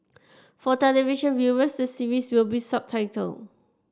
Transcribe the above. for television viewers the series will be subtitled